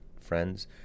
friends